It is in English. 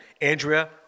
Andrea